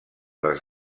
les